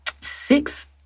six